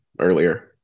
earlier